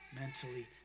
mentally